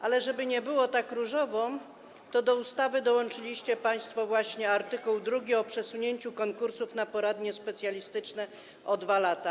Ale żeby nie było tak różowo, to do ustawy dołączyliście państwo właśnie art. 2 o przesunięciu konkursów na poradnie specjalistyczne o 2 lata.